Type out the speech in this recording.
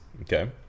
Okay